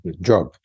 job